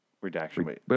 Redaction